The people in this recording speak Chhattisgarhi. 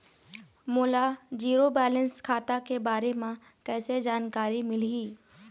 मोला जीरो बैलेंस खाता के बारे म कैसे जानकारी मिलही?